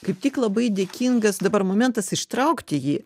kaip tik labai dėkingas dabar momentas ištraukti jį